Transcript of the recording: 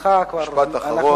זמנך כבר עבר.